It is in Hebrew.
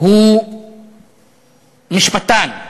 הוא משפטן,